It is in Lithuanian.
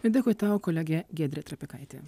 dėkui tau kolegė giedrė trapikaitė